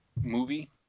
movie